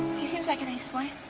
he seems like a nice boy.